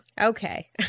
Okay